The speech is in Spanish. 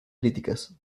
críticas